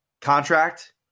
contract